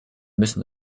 müssen